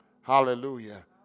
Hallelujah